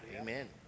Amen